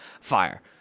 fire